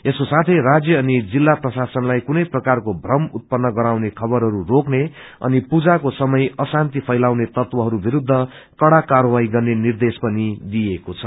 यसको साथै राज्य अनि जिल्ला प्रशासनलाई कुनै प्रकारको भ्रम उत्पन्न गराउने खबरहरू रोक्ने अनि पूजाको समय अशान्ति फैलाउने तत्वहरू विरूद्ध कड़ा कायवाही गर्ने निर्देश पनि दिनुभएको छ